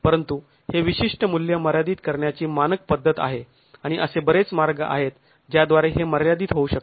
परंतु हे विशिष्ट मूल्य मर्यादित करण्याची मानक पद्धत आहे आणि असे बरेच मार्ग आहेत ज्याद्वारे हे मर्यादित होऊ शकते